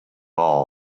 all